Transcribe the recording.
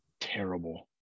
terrible